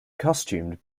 costumed